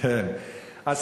ככה תמיד אמרו.